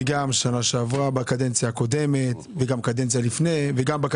בקדנציה הקודמת ובקדנציה הזאת.